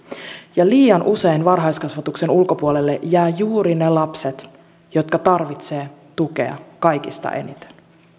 ja liian usein varhaiskasvatuksen ulkopuolelle jäävät juuri ne lapset jotka tarvitsevat tukea kaikista eniten